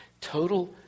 total